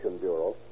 Bureau